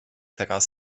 teraz